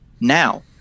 now